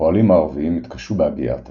הפועלים הערביים התקשו בהגיית השם,